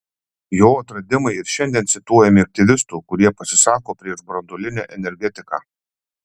jo atradimai ir šiandien cituojami aktyvistų kurie pasisako prieš branduolinę energetiką